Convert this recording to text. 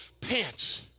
pants